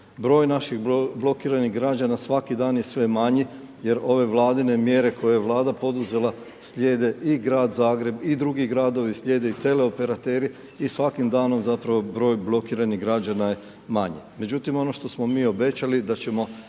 Broj naših blokiranih građana svaki dan je sve manji jer ove vladine mjere koje je Vlada poduzela slijede i grad Zagreb i drugi gradovi, slijede i teleoperateri i svakim danom zapravo broj blokiranih građana je manji. Međutim, ono što smo mi obećali, da ćemo